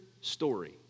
story